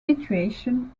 situation